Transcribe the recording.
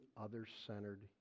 other-centered